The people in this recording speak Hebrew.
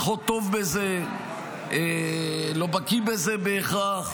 פחות טוב בזה, לא בקי בזה בהכרח,